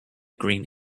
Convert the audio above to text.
green